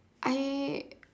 I